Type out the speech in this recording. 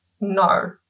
no